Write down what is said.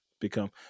become